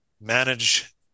manage